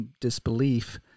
disbelief